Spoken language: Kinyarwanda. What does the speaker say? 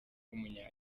w’umunya